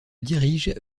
dirigent